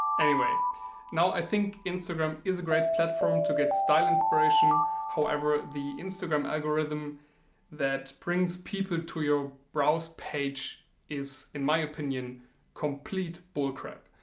anyway now i think instagram is a great platform to get style inspiration however the instagram algorithm that brings people to your browse page is in my opinion complete bullcrap.